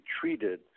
treated